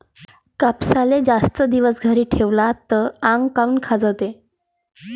कापसाले जास्त दिवस घरी ठेवला त आंग काऊन खाजवते?